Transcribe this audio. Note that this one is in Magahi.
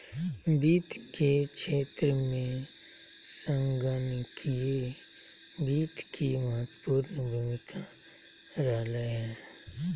वित्त के क्षेत्र में संगणकीय वित्त के महत्वपूर्ण भूमिका रहलय हें